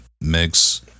mix